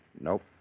Nope